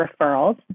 referrals